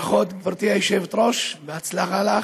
ברכות, גברתי היושבת-ראש, בהצלחה לך.